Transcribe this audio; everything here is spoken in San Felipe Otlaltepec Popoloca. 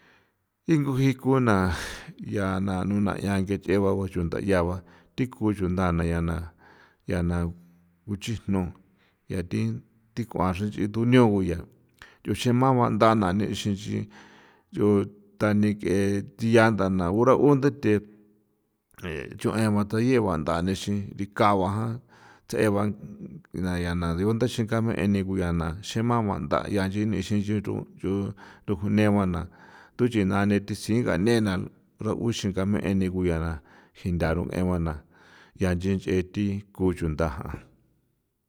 Thingoo jii kunaa ncha naa nchan ke ncheba thi ko chunda ncha na ncha na kuxijno ncha thikua xran nchi tuñao ko ncha tuxemja nda ba yoo tadi keya ruxema naa baa nixinxi yoo thani ke yaa nda uthe chueba thja ncheba nda dikao ba jaa tjse ba nda diu thja xinga mee ba xen mama xin nchi rua ruju neba uxinga mee nii ko yaa jinda ruge ba ncha nchen nchen thi chunda ja.